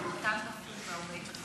אותם דחו ב-45 יום.